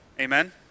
Amen